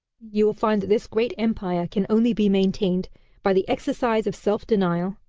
you will find that this great empire can only be maintained by the exercise of self-denial,